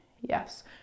yes